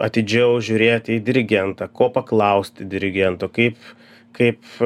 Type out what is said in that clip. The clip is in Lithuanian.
atidžiau žiūrėt į dirigentą ko paklausti dirigento kaip kaip